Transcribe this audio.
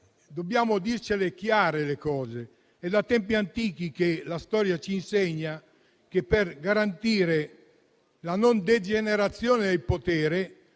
Dobbiamo dirci chiaramente le cose. È da tempi antichi che la storia ci insegna che, per garantire la non degenerazione del potere,